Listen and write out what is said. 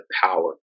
power